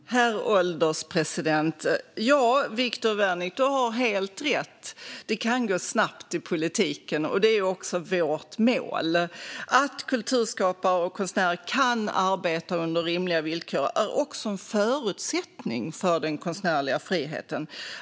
Herr ålderspresident! Ja, Viktor Wärnick, du har helt rätt. Det kan gå snabbt i politiken, och det är också vårt mål. Att kulturskapare och konstnärer kan arbeta under rimliga villkor är också en förutsättning för den konstnärliga friheten.